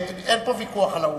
אין פה ויכוח על העובדות.